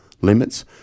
limits